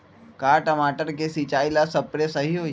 का टमाटर के सिचाई ला सप्रे सही होई?